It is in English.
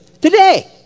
Today